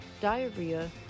diarrhea